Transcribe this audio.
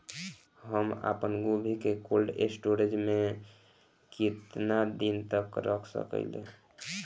हम आपनगोभि के कोल्ड स्टोरेजऽ में केतना दिन तक रख सकिले?